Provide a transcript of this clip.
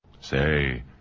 Say